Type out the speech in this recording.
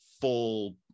full